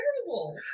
terrible